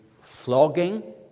flogging